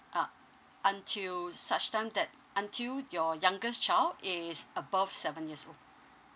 ah until such time that until your youngest child is above seven years old